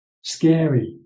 scary